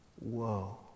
Whoa